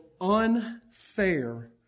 unfair